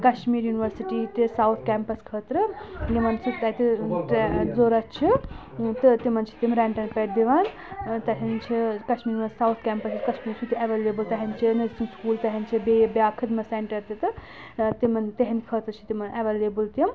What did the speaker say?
Kashmir university تہِ south campus خٲطرٕ یِمن سۭتۍ تَتہِ ضوٚرَتھ چھِ تہٕ تِمَن چھِ تِم رؠنٛٹَن پؠٹھ دِوان تِم چھِ کشمیٖر ساوُتھ کَیٚمپَس چھِ کشمیٖر سۭتۍ اَیٚوَیٚلَیبٕل تہِ چھِ نٔرسِنٛگ سکوٗل تہندِ چھِ بیٚیہِ بیٛاکھ خدمَت سِٮ۪نٛٹَر تہِ تہٕ تِمَن تہنٛدِ خٲطرٕ چھِ تِمَن اَیٚوَیٚلَیبٕل تِم